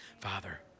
Father